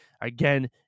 again